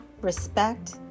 respect